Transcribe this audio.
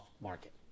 market